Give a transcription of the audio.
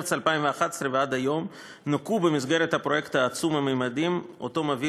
ממרס 2011 ועד היום נוקו במסגרת הפרויקט עצום הממדים שמוביל